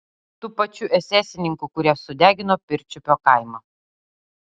tų pačių esesininkų kurie sudegino pirčiupio kaimą